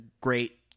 great